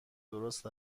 درست